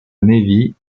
navy